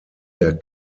der